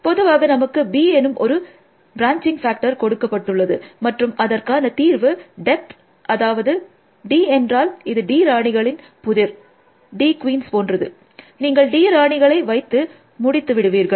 பொதுவாக நமக்கு b எனும் ஒரு ப்ராஞ்சிங் ஃபாக்டர் கொடுக்கப்பட்டுள்ளது மற்றும் அதற்கான தீர்வு டெப்த் அதாவது d என்றால் இது d ராணிகள் புதிர் போன்றது நீங்கள் d ராணிகளை வைத்து முடித்து விடுகிறீர்கள்